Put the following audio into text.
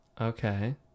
Okay